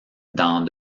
dans